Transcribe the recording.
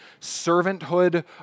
servanthood